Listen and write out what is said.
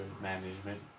management